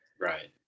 right